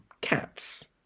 cats